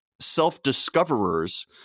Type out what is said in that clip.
self-discoverers